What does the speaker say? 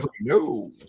no